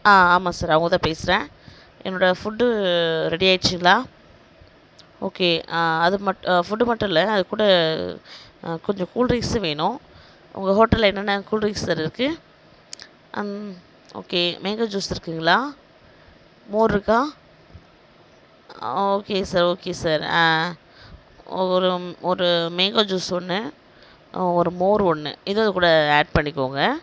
ஆ ஆமாம் சார் அவங்க தான் பேசுகிறேன் என்னோட ஃபுட்டு ரெடி ஆகிடுச்சிங்களா ஓகே அது மட் ஃபுட்டு மட்டும் இல்லை அது கூட கொஞ்சம் கூல் டிரிங்ஸும் வேணும் உங்கள் ஹோட்டலில் என்னென்ன கூல் டிரிங்ஸ் சார் இருக்கு அம் ஓகே மேங்கோ ஜூஸ் இருக்குதுங்களா மோரிருக்கா ஓகே சார் ஓகே சார் ஆ ஓ ஒரு ஒரு மேங்கோ ஜூஸ் ஒன்று ஒரு மோர் ஒன்று இதுவும் அது கூட ஆட் பண்ணிக்கோங்க